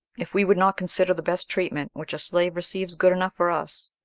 if we would not consider the best treatment which a slave receives good enough for us,